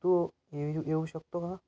तू यि येऊ शकतो का